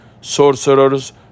sorcerers